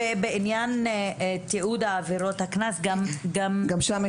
וגם בעניין תיעוד עבירות הקנס יש הסתייגויות.